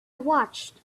watched